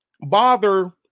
bother